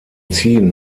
ziehen